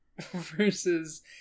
versus